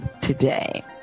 today